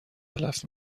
تلف